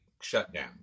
shutdown